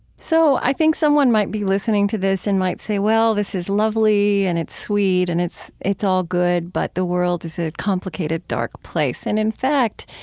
so i think someone might be listening to this and might say, well, this is lovely and it's sweet and it's it's all good but the world is a complicated dark place. and in fact,